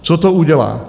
Co to udělá?